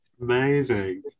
Amazing